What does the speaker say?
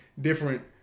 different